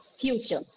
future